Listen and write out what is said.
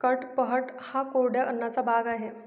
कडपह्नट हा कोरड्या अन्नाचा भाग आहे